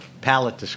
Palette